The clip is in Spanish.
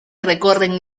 recorren